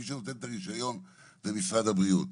מי שנותן את הרישיון זה משרד הבריאות.